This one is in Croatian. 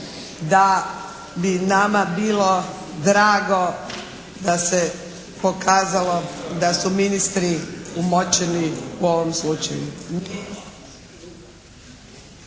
da bi nama bilo drago da se pokazalo da su ministri umočili u ovom slučaju